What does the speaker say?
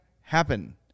happen